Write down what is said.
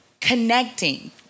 connecting